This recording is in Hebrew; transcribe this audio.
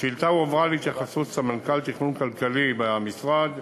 השאילתה הועברה להתייחסות סמנכ"ל תכנון כלכלי במשרד,